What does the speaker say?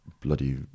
bloody